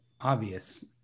obvious